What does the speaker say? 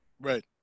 Right